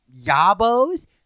yabos